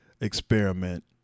experiment